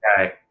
okay